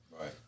Right